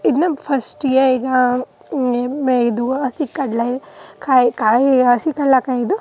ಇದನ್ನ ಫಸ್ಟ್ಗೆ ಈಗ ಮೆ ಇದು ಹಸಿ ಕಡಲೆ ಕಾಯಿ ಕಾಯಿ ಹಸಿ ಕಡಲೆ ಕಾಯಿದು